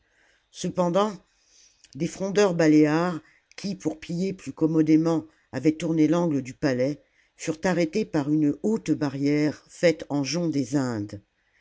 cependant des frondeurs baléares qui pour piller plus commodément avaient tourné l'angle du palais furent arrêtés par une haute barrière faite en jonc des indes